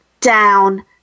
down